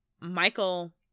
Michael